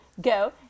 go